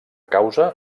causa